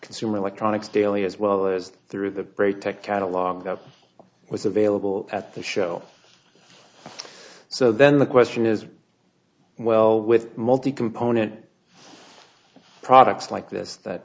consumer electronics daily as well as through the great tech catalog that was available at the show so then the question is well with multi component products like this that